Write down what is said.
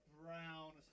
brown